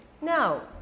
Now